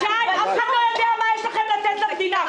אף אחד לא יודע מה יש לכם לתת למדינה.